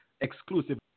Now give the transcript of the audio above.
exclusively